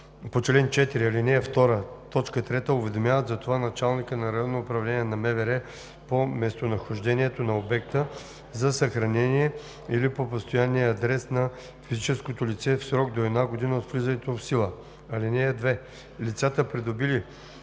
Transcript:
по чл. 4, ал. 2, т. 3, уведомяват за това началника на РУ на МВР по местонахождението на обекта за съхранение или по постоянния адрес на физическото лице в срок до една година от влизането му в сила. (2) Лицата, придобили